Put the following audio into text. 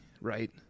right